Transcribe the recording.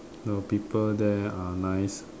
the people there are nice